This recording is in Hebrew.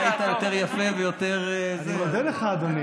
אולי היית יותר יפה ויותר, אני מודה לך,